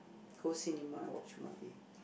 go cinema and watch movie